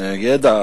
מידע,